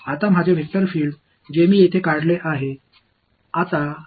இப்போது என் vector field மாதிரி வரைந்தேன்